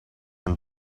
een